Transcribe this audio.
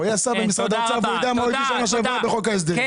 הוא היה שר במשרד האוצר והוא יודע מה הוא הביא בשנה שעברה בחוק ההסדרים.